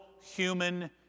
human